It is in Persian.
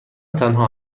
تنها